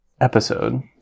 episode